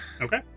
Okay